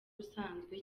usanzwe